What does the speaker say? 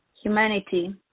humanity